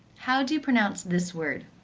how do you pronounce this word?